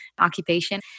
occupation